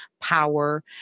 power